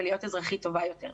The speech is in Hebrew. ולהיות אזרחית טובה יותר.